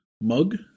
mug